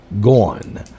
gone